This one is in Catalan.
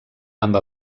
amb